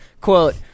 Quote